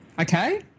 Okay